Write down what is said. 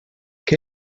què